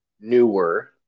newer